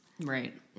Right